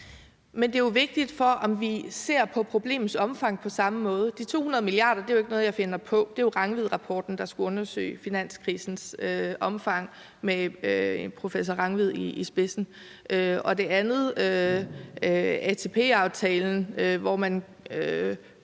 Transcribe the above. Men det er jo vigtigt for at finde ud af, om vi ser på problemets omfang på samme måde. De 200 mia. kr. er jo ikke noget, jeg finder på. Det er fra Rangvidrapporten, der skulle undersøge finanskrisens omfang med professor Jesper Rangvid i spidsen. Og det andet, som er ATP-aftalen, hvor man